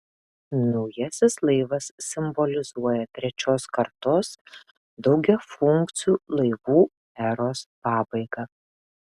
naujasis laivas simbolizuoja trečios kartos daugiafunkcių laivų eros pabaigą